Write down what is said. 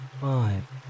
Five